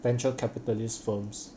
venture capitalist firms